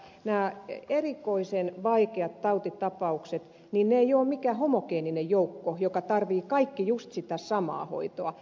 tiusanen lääkärinä tietävät nämä erikoisen vaikeat tautitapaukset eivät ole mikään homogeeninen joukko jossa kaikki tarvitsevat just sitä samaa hoitoa